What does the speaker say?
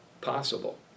possible